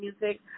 music